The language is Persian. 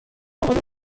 آماده